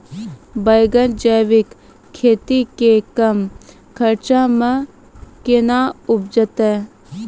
बैंगन जैविक खेती से कम खर्च मे कैना उपजते?